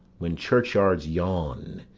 when churchyards yawn,